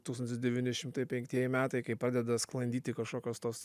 tūkstantis devyni šimtai penktieji metai kai pradeda sklandyti kažkokios tos